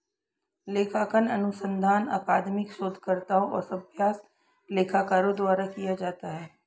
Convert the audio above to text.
लेखांकन अनुसंधान अकादमिक शोधकर्ताओं और अभ्यास लेखाकारों द्वारा किया जाता है